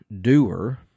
doer